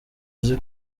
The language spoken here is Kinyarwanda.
uzi